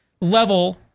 level